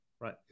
right